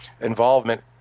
involvement